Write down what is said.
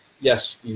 yes